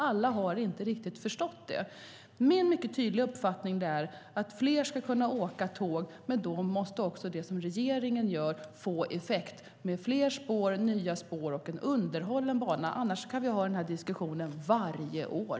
Alla har inte riktigt förstått det. Min mycket tydliga uppfattning är att fler ska kunna åka tåg, men då måste också det regeringen gör få effekt - fler spår, nya spår och en underhållen bana. Annars kan vi ha den här diskussionen varje år.